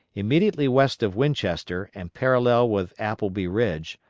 immediately west of winchester, and parallel with applebie ridge,